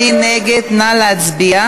הרבנים מנסים ליצור בעיות.